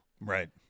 Right